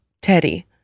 Teddy